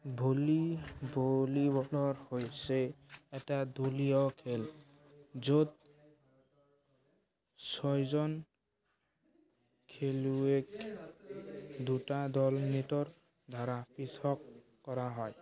volley ভলীবলৰ হৈছে এটা দলীয় খেল য'ত ছয়জন খেলুৱৈক দুটা দল নেটৰ দ্বাৰা পৃথক কৰা হয়